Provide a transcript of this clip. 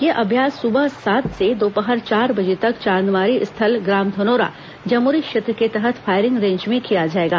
यह अभ्यास सुबह सात से दोपहर चार बजे तक चांदमारी स्थल ग्राम धनोरा जमूरी क्षेत्र के तहत फायरिंग रेंज में किया जाएगा